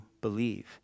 believe